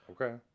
Okay